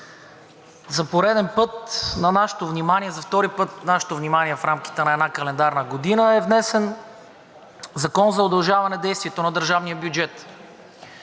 втори път тази година. За втори път на нашето внимание в рамките на една календарна година е внесен Закон за удължаване действието на държавния бюджет.